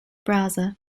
browser